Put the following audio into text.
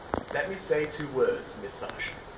let me say two words, miss sasha.